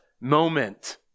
moment